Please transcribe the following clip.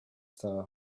star